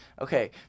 okay